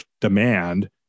demand